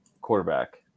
quarterback